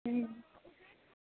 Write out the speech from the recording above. हूँ